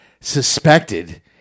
suspected